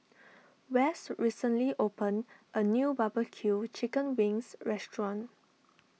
West recently opened a new Barbecue Chicken Wings restaurant